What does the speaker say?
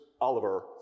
Oliver